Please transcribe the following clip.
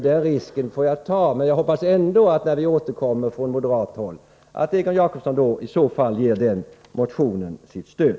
Den risken får jag alltså ta, men jag hoppas ändå att Egon Jacobsson, när vi återkommer från moderat håll, ger motionen sitt stöd.